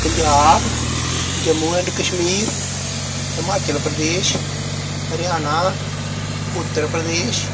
Punjab Jammu and Kashmir Himachal Pradesh Haryana Uttar Pradesh